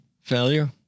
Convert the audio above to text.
failure